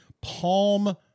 Palm